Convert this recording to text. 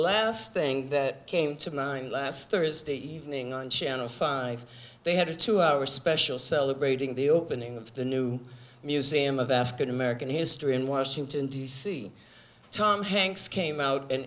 last thing that came to mind last thursday evening on channel five they had a two hour special celebrating the opening of the new museum of african american history in washington d c tom hanks came out and